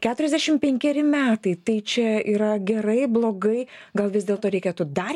keturiasdešim penkeri metai tai čia yra gerai blogai gal vis dėlto reikėtų dar